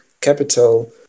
capital